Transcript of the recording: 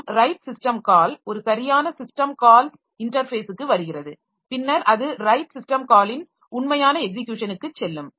மற்றும் write system call ஒரு சரியான சிஸ்டம் கால்ஸ் இன்டர்ஃபேஸிற்கு வருகிறது பின்னர் அது ரைட் சிஸ்டம் காலின் உண்மையான எக்ஸிக்யூஷனுக்கு செல்லும்